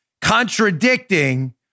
contradicting